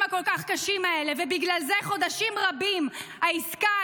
הכל-כך קשים האלה ובגלל זה חודשים רבים העסקה,